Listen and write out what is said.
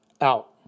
out